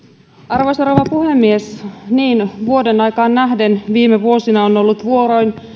arvoisa rouva puhemies niin vuodenaikaan nähden viime vuosina on ollut vuoroin